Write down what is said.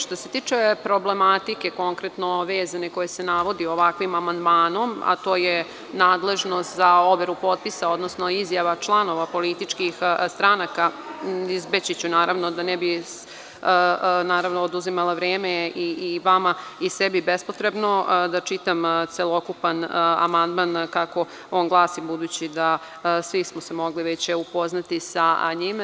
Što se tiče problematike, konkretno vezane koji se navodim ovakvim amandmanom, a to je nadležnost za overu potpisa, odnosno izjava članova političkih stranaka, izbeći ću naravno da ne bih naravno oduzimala vreme i vama i sebi bezpotrebno, da čitam celokupan amandman kako on glasi, budući da svi smo se mogli upoznati sa njim.